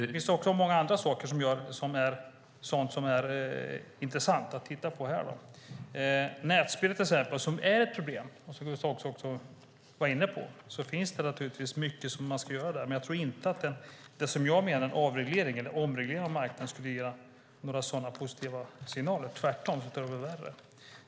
Det finns annat som också är intressant att titta på. Nätspel till exempel är ett problem. Det var Gustaf Hoffstedt också inne på. Där finns det naturligtvis mycket att göra. Men jag tror inte att en omreglering av marknaden skulle ge några positiva signaler. Det skulle tvärtom bli värre.